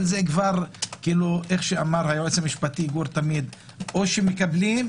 אבל איך שאמר היועץ המשפטי גור או שמקבלים,